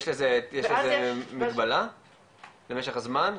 יש מגבלה למשך הזמן?